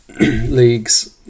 leagues